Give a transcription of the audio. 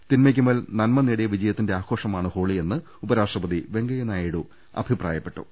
തിന്മയ്ക്കുമേൽ നന്മ നേടിയ വിജയത്തിന്റെ ആഘോഷമാണ് ഹോളിയെന്ന് ഉപരാഷ്ട്ര പതി വെങ്കയ്യ നായിഡു അഭിപ്രായപ്പെട്ടു